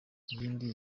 yindi